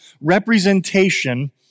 representation